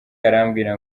arambwira